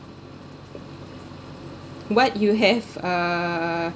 what you have uh